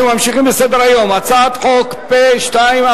אנחנו ממשיכים בסדר-היום, הצעת חוק פ/2498,